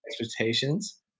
expectations